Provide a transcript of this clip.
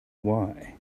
why